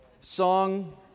song